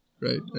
right